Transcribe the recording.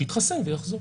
שיתחסן ויחזור.